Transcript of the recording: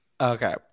Okay